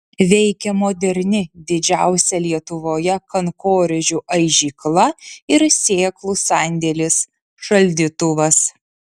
veikia moderni didžiausia lietuvoje kankorėžių aižykla ir sėklų sandėlis šaldytuvas